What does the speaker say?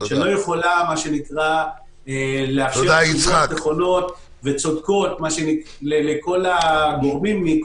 שלא יכולה לאפשר תשובות נכונות וצודקות לכל הגורמים.